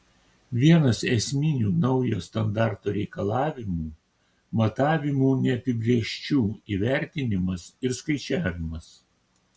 vienas esminių naujo standarto reikalavimų matavimų neapibrėžčių įvertinimas ir skaičiavimas